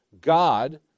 God